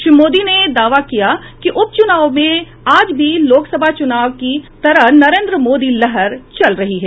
श्री मोदी ने दावा किया कि उप चुनाव मे आज भी लोकसभा चुनाव की तरह नरेन्द्र मोदी लहर चल रही है